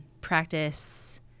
Practice